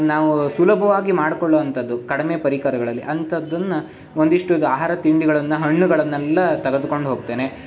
ನಾವು ಸುಲಭವಾಗಿ ಮಾಡಿಕೊಳ್ಳುವಂಥದ್ದು ಕಡಿಮೆ ಪರಿಕರಗಳಲ್ಲಿ ಅಂಥದ್ದನ್ನು ಒಂದಿಷ್ಟು ಅದು ಆಹಾರ ತಿಂಡಿಗಳನ್ನು ಹಣ್ಣುಗಳನ್ನೆಲ್ಲ ತಗದ್ಕೊಂಡು ಹೋಗ್ತೇನೆ